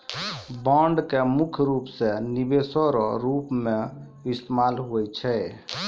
bond के मुख्य रूप से निवेश रो रूप मे इस्तेमाल हुवै छै